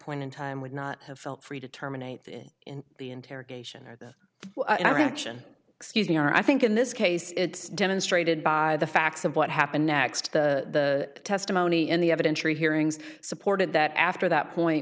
point in time would not have felt free to terminate in the interrogation or reaction excuse me or i think in this case it's demonstrated by the facts of what happened next the testimony in the evidentiary hearings supported that after that point